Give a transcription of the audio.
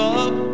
up